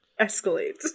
escalate